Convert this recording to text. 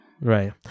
right